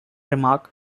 remark